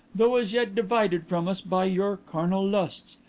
though as yet divided from us by your carnal lusts.